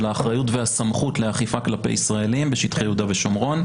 של האחריות והסמכות לאכיפה כלפי ישראלים בשטחי יהודה ושומרון,